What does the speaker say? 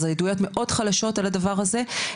אז זה עדויות מאוד חלשות על הדבר הזה,